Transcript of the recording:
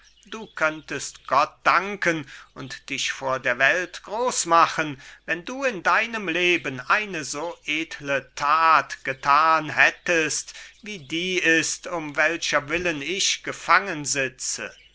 du könntest gott danken und dich vor der welt groß machen wenn du in deinem leben eine so edle tat getan hättest wie die ist um welcher willen ich gefangen sitze